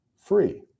free